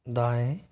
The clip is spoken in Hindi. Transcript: दाएं